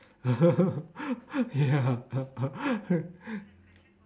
ya